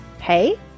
Hey